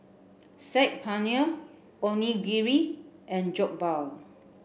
Saag Paneer Onigiri and Jokbal